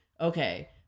Okay